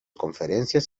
conferencias